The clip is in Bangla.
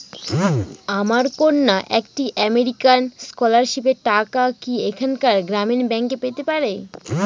আমার কন্যা একটি আমেরিকান স্কলারশিপের টাকা কি এখানকার গ্রামীণ ব্যাংকে পেতে পারে?